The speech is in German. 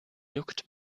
juckt